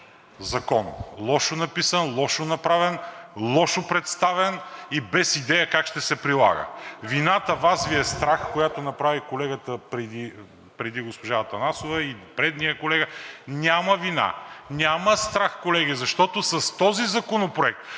закон – лошо написан, лошо направен, лошо представен и без идея как ще се прилага. Вината – Вас Ви е страх, която направи колегата преди госпожа Атанасова и предният колега, няма вина, няма страх, колеги! Защото с този законопроект